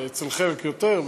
אצל חלק יותר,